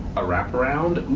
a wrap-around!